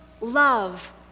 love